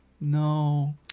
no